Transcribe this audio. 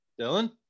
Dylan